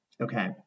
Okay